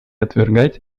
отвергать